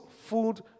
food